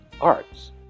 arts